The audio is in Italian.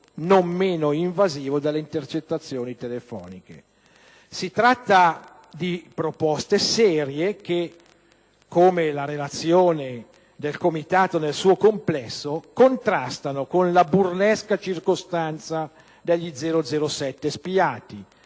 non meno invasivo delle intercettazioni telefoniche. Si tratta di proposte serie che, come la relazione del Comitato nel suo complesso, contrastano con la burlesca circostanza degli 007 spiati